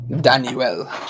Daniel